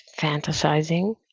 fantasizing